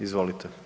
Izvolite.